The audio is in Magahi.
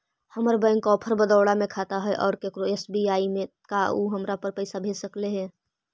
हमर बैंक ऑफ़र बड़ौदा में खाता है और केकरो एस.बी.आई में है का उ हमरा पर पैसा भेज सकले हे?